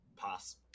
pass